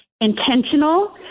intentional